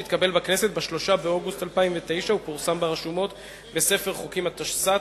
שהתקבל בכנסת ב-3 באוגוסט 2009 ופורסם ברשומות בספר החוקים התשס"ט,